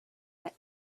that